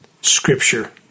scripture